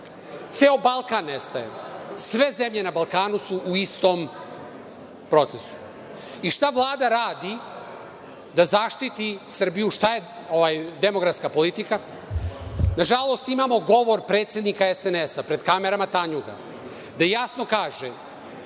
Ceo Balkan nestaje. Sve zemlje na Balkanu su u istom procesu.I, šta Vlada radi da zaštiti Srbiju? Šta je demografska politika? Na žalost, imamo govor predsednika SNS pred kamerama „Tanjuga“, gde jasno kaže